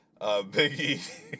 Biggie